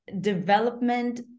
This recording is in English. development